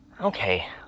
Okay